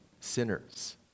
sinners